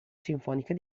sinfonica